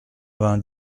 vingt